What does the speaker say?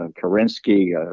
Kerensky